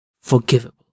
forgivable